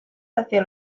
hacia